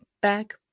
back